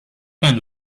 kind